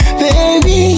baby